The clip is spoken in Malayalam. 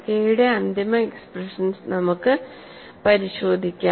കെ യുടെ അന്തിമ എക്സ്പ്രഷൻ നമുക്ക് പരിശോധിക്കാം